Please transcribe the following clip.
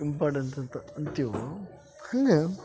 important ಅಂತ ಅಂತೀವೋ ಹಂಗೆ